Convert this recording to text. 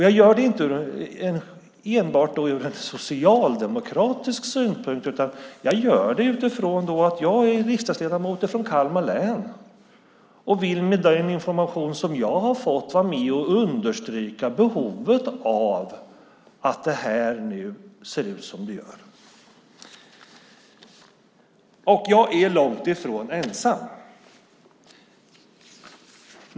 Jag gör det inte från en enbart socialdemokratisk synpunkt; jag gör det utifrån att jag är en riksdagsledamot från Kalmar län som med den information jag har fått vill vara med och understryka att behoven ser ut som de gör. Och jag är långt ifrån ensam.